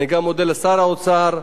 אני מודה גם לשר האוצר,